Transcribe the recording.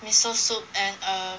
miso soup and err